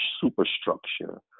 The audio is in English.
superstructure